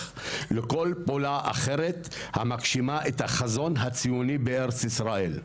לכל פעולה אחרת המגשימה את החזון הציוני בארץ ישראל.